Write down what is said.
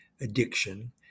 addiction